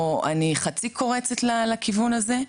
או אני חצי קורצת לכיוון הזה,